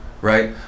right